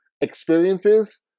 experiences